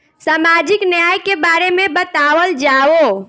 सामाजिक न्याय के बारे में बतावल जाव?